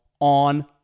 on